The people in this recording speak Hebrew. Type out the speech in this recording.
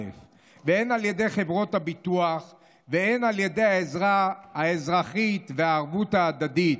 הן על ידי חברות הביטוח והן על ידי העזרה האזרחית והערבות ההדדית.